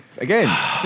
Again